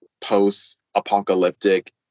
post-apocalyptic